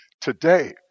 Today